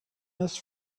this